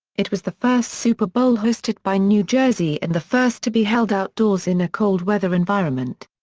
it was the first super bowl hosted by new jersey and the first to be held outdoors in a cold weather environment.